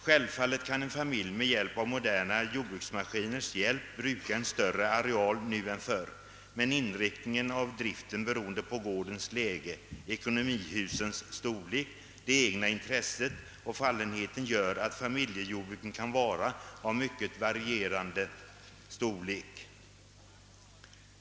Självfallet kan en familj med hjälp av moderna jordbruksmaskiner bruka en större areal nu än förr, men inriktningen av driften beroende på gårdens läge, ekonomihusens storlek, det egna intresset och fallenheten gör att familjejordbruken kan vara av mycket varierande storlek.